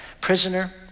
prisoner